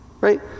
right